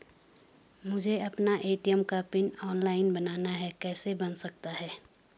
मुझे अपना ए.टी.एम का पिन ऑनलाइन बनाना है कैसे बन सकता है?